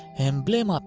emblem ah